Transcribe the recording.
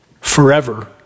forever